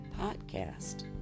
Podcast